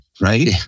right